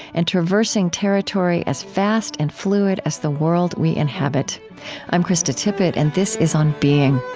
and traversing territory as vast and fluid as the world we inhabit i'm krista tippett, and this is on being